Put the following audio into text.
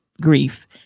grief